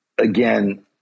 Again